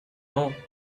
more